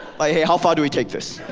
like how far do we take this?